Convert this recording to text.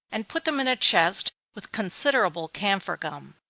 and put them in a chest, with considerable camphor gum.